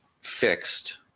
fixed